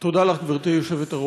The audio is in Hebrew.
תודה לך, גברתי היושבת-ראש,